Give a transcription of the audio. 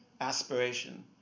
aspiration